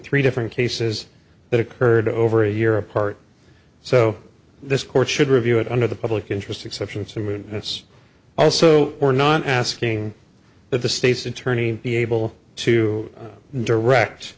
three different cases that occurred over a year apart so this court should review it under the public interest exception summary it's also we're not asking that the state's attorney be able to direct